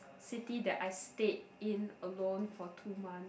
city that I stayed in alone for two months